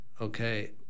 okay